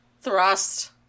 Thrust